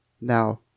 Now